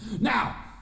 Now